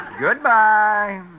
Goodbye